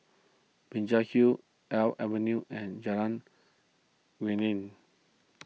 Binjai Hill Alps Avenue and Jalan Geneng